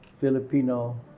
Filipino